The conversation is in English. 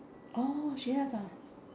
orh she have ah